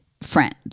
Friends